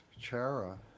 chara